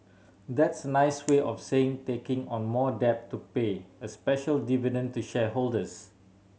that's a nice way of saying taking on more debt to pay a special dividend to shareholders